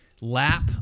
lap